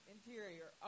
Interior